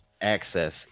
access